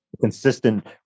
consistent